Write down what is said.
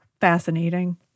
fascinating